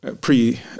pre